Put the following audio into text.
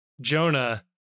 Jonah